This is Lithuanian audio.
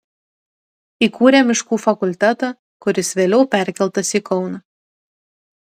įkūrė miškų fakultetą kuris vėliau perkeltas į kauną